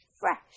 fresh